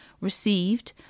received